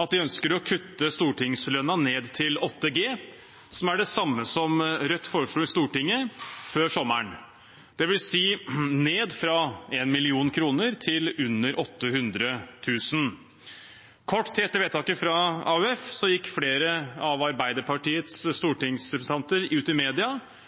at de ønsker å kutte stortingslønna ned til 8G, som er det samme som Rødt foreslo i Stortinget før sommeren – det vil si ned fra 1 mill. kr til under 800 000 kr. Kort tid etter vedtaket fra AUF gikk flere av Arbeiderpartiets